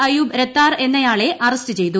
അയൂബ് രത്താർ എന്നയാളെ അറസ്റ്റ് ചെയ്തു